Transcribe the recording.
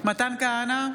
מתן כהנא,